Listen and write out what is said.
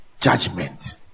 judgment